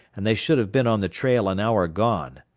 and they should have been on the trail an hour gone.